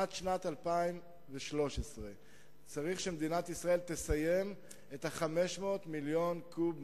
עד שנת 2013 צריך שמדינת ישראל תגיע להתפלה של 500 מיליון קוב,